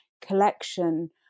collection